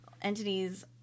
entities